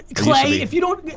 clay, if you don't.